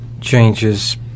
changes